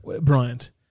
Bryant